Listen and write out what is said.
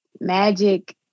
magic